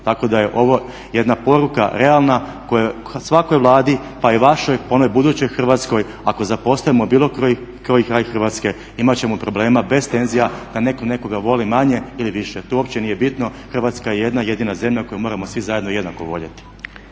Tako da je ovo jedna poruka realna svakoj Vladi pa i vašoj, pa onoj budućoj Hrvatskoj ako zapostavimo bilo koji kraj Hrvatske imat ćemo problema bez tenzija da netko nekoga voli manje ili više. To uopće nije bitno. Hrvatska je jedna i jedina zemlja koju moramo svi zajedno jednako voljeti.